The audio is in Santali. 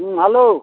ᱦᱮᱸ ᱦᱮᱞᱳ